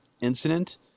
incident